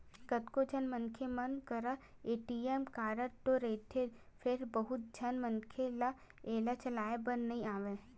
कतको झन मनखे मन करा ए.टी.एम कारड तो रहिथे फेर बहुत झन मनखे ल एला चलाए बर नइ आवय